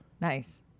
Nice